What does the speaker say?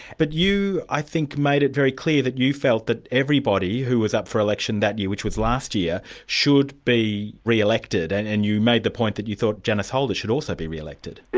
but you, i think, made it very clear that you felt that everybody who was up for election that year, which was last year, should be re-elected, and and you made the point that you thought janice holder should also be re-elected. yeah